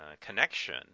connection